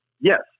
yes